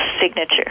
signature